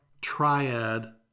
triad